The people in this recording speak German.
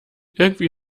irgendwie